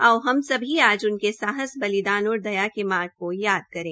आओ हम सभी आज उनके साहस बलिदान और दया के मार्ग को याद करें